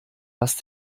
was